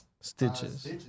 Stitches